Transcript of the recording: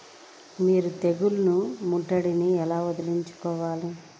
మీరు తెగులు ముట్టడిని ఎలా వదిలించుకోవాలి?